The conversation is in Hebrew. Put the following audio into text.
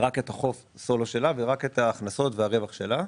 רק את חוב הסולו שלה ואת ההכנסות והרווח שלה.